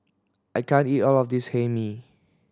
I can't eat all of this Hae Mee